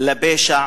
לפשע